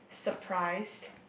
surprise